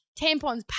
tampons